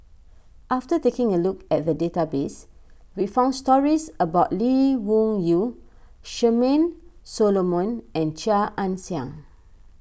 after taking a look at the database we found stories about Lee Wung Yew Charmaine Solomon and Chia Ann Siang